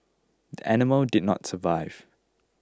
the animal did not survive